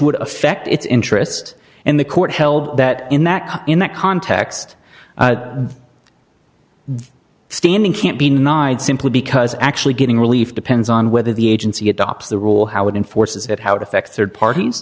would affect its interest and the court held that in that in that context standing can't be denied simply because actually getting relief depends on whether the agency adopts the rule how it enforces it how it affects rd parties